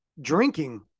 drinking